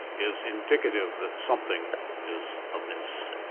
is indicative that something is amiss.